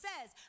says